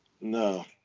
No